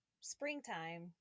springtime